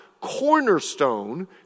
cornerstone